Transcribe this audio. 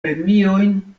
premiojn